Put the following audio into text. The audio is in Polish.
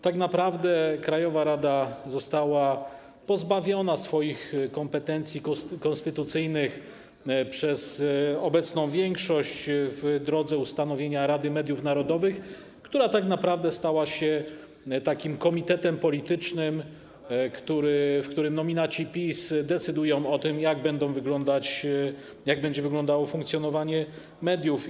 Tak naprawdę krajowa rada została pozbawiona swoich kompetencji konstytucyjnych przez obecną większość w drodze ustanowienia Rady Mediów Narodowych, która tak naprawdę stała się takim komitetem politycznym, w którym nominaci PiS decydują o tym, jak będzie wyglądało funkcjonowanie mediów.